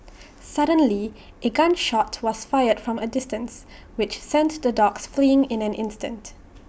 suddenly A gun shot was fired from A distance which sent the dogs fleeing in an instant